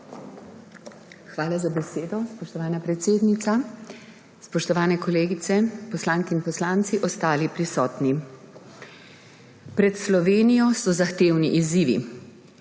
Hvala za besedo, spoštovana predsednica. Spoštovane kolegice poslanke in poslanci, ostali prisotni! Pred Slovenijo so zahtevni izzivi.